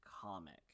comic